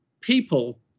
people